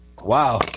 Wow